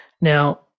Now